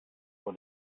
vor